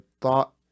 thought